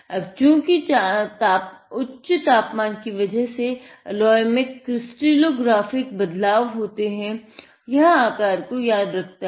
अब चूंकि उच्च ताप मान की वजह से एलॉय में क्रिस्टलोंग्राफ़िक बदलाव होते हैं और यह आकार को याद रखता है